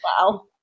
Wow